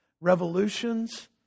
revolutions